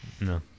No